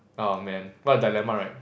aww man what a dilemma right